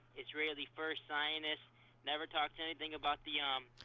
it's really first zionist never talk to anything about the um.